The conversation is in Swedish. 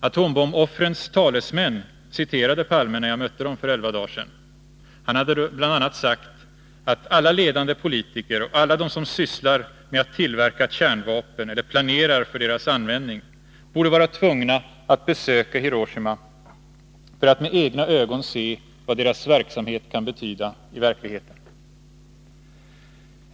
Atombomboffrens talesmän citerade Palme när jag mötte dem för elva dagar sedan. Han hade bl.a. sagt att alla ledande politiker och alla de som sysslar med att tillverka kärnvapen eller planerar för deras användning borde vara tvungna att besöka Hiroshima för att med egna ögon se vad deras verksamhet kan betyda i verkligheten.